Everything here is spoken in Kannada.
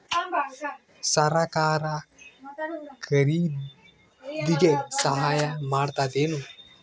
ಸರಕಾರ ಖರೀದಿಗೆ ಸಹಾಯ ಮಾಡ್ತದೇನು?